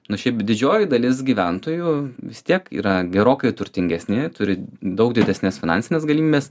nu šiaip didžioji dalis gyventojų vis tiek yra gerokai turtingesni turi daug didesnes finansines galimybes